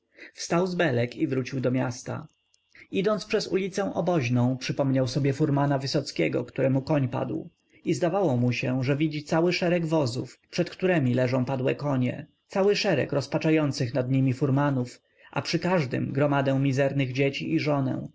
z belek i wrócił do miasta idąc przez ulicę oboźną przypomniał sobie furmana wysockiego któremu koń padł i zdawało mu się że widzi cały szereg wozów przed któremi leżą padłe konie cały szereg rozpaczających nad nimi furmanów a przy każdym gromadę mizernych dzieci i żonę